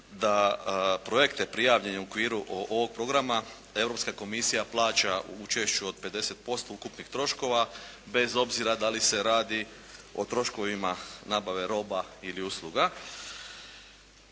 da projekte prijavljene u okviru ovog programa Europska komisija plaća učešće od 50% ukupnih troškova bez obzira da li se radi o troškovima nabave roba ili usluga.